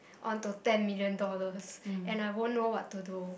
onto ten million dollars and I won't know what to do